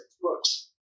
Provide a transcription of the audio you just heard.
books